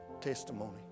testimony